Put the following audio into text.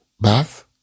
bath